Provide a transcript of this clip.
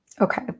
okay